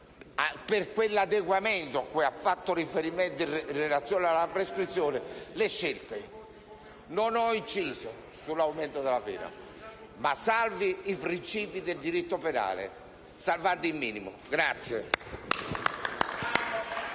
per quell'adeguamento cui ha fatto riferimento in relazione alla prescrizione, le scelte. Io non ho inciso sull'aumento della pena, ma lei salvi i principi del diritto penale, salvando il minimo.